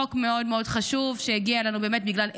זה חוק מאוד מאוד חשוב שהגיע אלינו בגלל ער"ן.